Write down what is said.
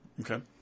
okay